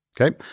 Okay